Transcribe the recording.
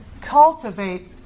cultivate